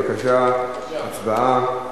בבקשה, הצבעה.